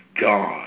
God